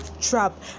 trap